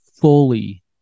fully